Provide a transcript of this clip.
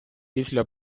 після